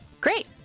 Great